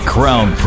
Crown